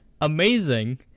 amazing